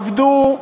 עבדו טוב,